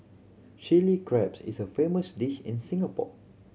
chilli crabs is a famous dish in Singapore